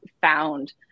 found